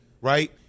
right